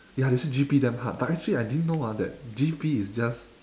ya they say G_P damn hard but actually I didn't know ah that G_P is just